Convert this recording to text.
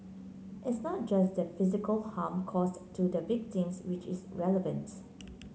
it's not just the physical harm caused to the victims which is relevant